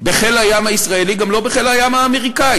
בחיל הים הישראלי, גם לא בחיל הים האמריקני,